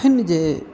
एखन जे